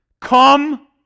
come